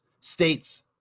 States